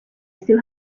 still